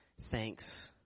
Thanks